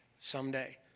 someday